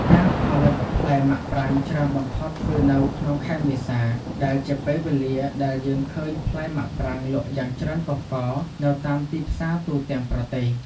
ការផលិតផ្លែមាក់ប្រាងច្រើនបំផុតគឺនៅក្នុងខែមេសា ដែលជាពេលវេលាដែលយើងឃើញផ្លែមាក់ប្រាងលក់យ៉ាងច្រើនកុះករនៅតាមទីផ្សារទូទាំងប្រទេស។